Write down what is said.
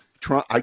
Trump